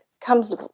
comes